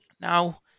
Now